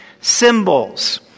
symbols